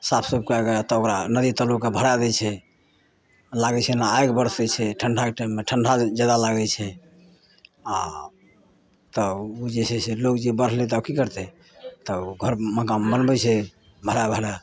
साफ सुफ कए कऽ तब ओकरा नदी तलब कऽ भराए दै छै लागै छै जेना आगि बरसै छै ठण्डाके टाइममे ठण्डा जादा लागै छै आ तऽ ओ जे छै से लोग जे बढ़लै तऽ आब की करतै तऽ घर मकान बनबै छै भराए भराए